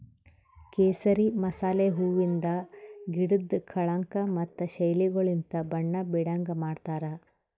ಕೇಸರಿ ಮಸಾಲೆ ಹೂವಿಂದ್ ಗಿಡುದ್ ಕಳಂಕ ಮತ್ತ ಶೈಲಿಗೊಳಲಿಂತ್ ಬಣ್ಣ ಬೀಡಂಗ್ ಮಾಡ್ತಾರ್